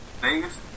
Vegas